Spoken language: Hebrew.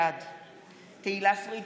בעד תהלה פרידמן,